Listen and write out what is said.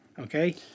Okay